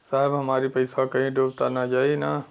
साहब हमार इ पइसवा कहि डूब त ना जाई न?